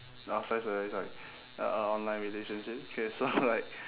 oh sorry sorry sorry uh a online relationship okay so like